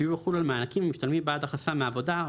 והוא יחול על מענקים המשתלמים בעד הכנסה מעבודה או